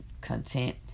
content